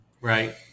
Right